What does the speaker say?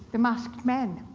the masked men.